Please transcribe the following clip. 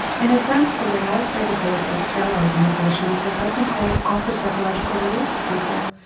in a sense the way i've started to look at terror organisations is i think they offer psychological relief to people.